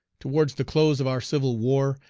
towards the close of our civil war,